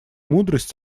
мудрость